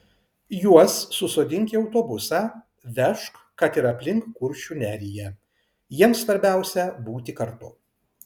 juos susodink į autobusą vežk kad ir aplink kuršių neriją jiems svarbiausia būti kartu